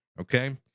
okay